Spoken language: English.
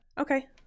okay